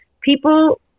people